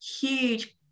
huge